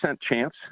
chance